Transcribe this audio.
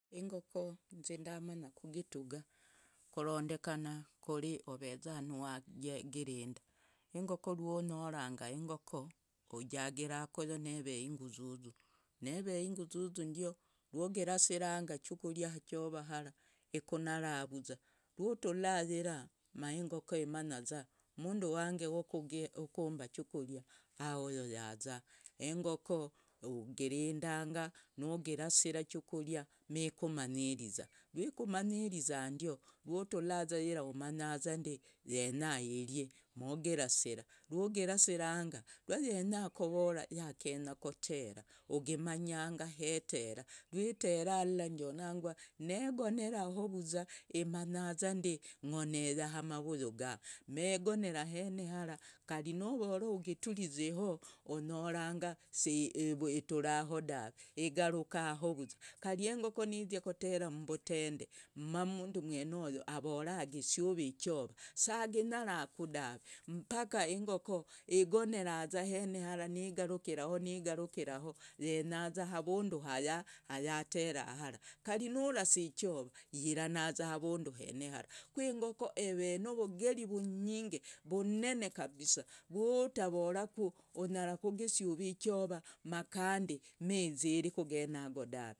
Engoko nze ndamabya kugituga korondekana kure oveza wagirinda. engoko rwonyoranga. engoko ujagiri kuyoo neveye inguzuzu. neve inguzuzu ndio rwugirasiranga ichukuria achova hara ikunara vuzwa. Rwutura yirama engoko imanyaza umundu wange wukumba ichukuria hahoyo yaza. Engoko ugirindanga nugirasira ichukuria mikumanyiriza rwikumanyiriza ndio rwutulaza yira imanyaza yenya iry nugirasira. rwugirasira rwayenya kovora yakenya kotera ugimanyanga wetera. rwetera lyla ndio nanga megoneraho vuza. imanyazande ngonera yaha amavuyu gaa megonera ahene haraza. Kari novora ugitizeo enyoranga si heturao dave igarukao vuza. Kari engoko nizia kotera mumbotende mamundu weneyao avore agisuve ichova saginyaraku dave mpaka engoko egonereza ahene hara nigarukikiraho yenyaza avundu hayatera hara kari nurasa ichova yiranaza avundu hene hara. ku engoko eve novogeri uvunyinge. vunene kabisa vwutavoraku unyara kugisuva ichova makande miziere kugene yago dave.